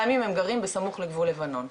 גם אם הם גרים בסמוך לגבול לבנון,